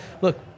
look